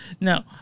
Now